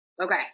Okay